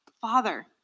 Father